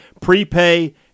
prepay